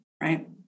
right